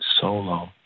solo